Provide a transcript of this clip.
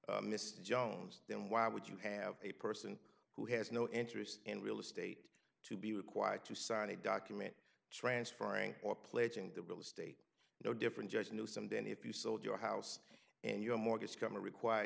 mr jones then why would you have a person who has no interest in real estate to be required to sign a document transferring or pledging the real estate no different just knew some day and if you sold your house and your mortgage come to require